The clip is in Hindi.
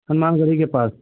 हनुमानगढ़ी के पास